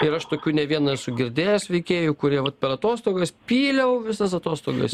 ir aš tokių ne vieną esu girdėjęs veikėjų kurie vat per atostogas pyliau visas atostogas